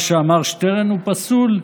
מה שאמר שטרן הוא פסול,